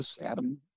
Adam